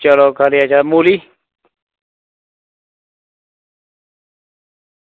चलो करी ओड़ो मूली